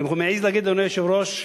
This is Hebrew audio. ואני מעז להגיד, אדוני היושב-ראש,